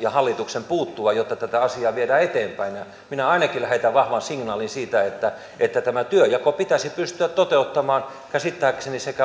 ja hallituksen tulee tähän puuttua jotta tätä asiaa viedään eteenpäin minä ainakin lähetän vahvan signaalin siitä että että tämä työnjako pitäisi pystyä toteuttamaan käsittääkseni sekä